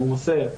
הוא מוסר,